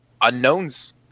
unknowns